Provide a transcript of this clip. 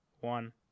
one